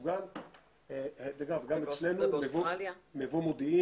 בפורטוגל וגם אצלנו במבוא מודיעין